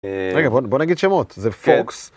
רגע בוא נגיד שמות, זה פוקס.